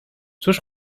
cóż